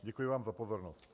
Děkuji vám za pozornost.